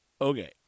Okay